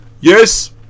yes